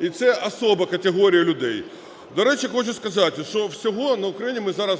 і це особа категорія людей. До речі, хочу сказати, що всього на Україні ми зараз